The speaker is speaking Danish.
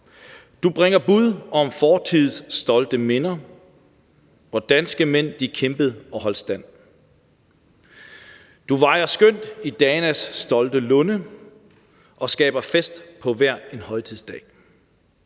bringer Bud om Fortids stolte Minder,/Hvor danske Mænd de kæmped´ og holdt Stand./Du vejer skønt i Danas stolte Lunde/Og skaber Fest på hver en Højtidsdag;/I